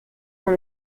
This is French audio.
dans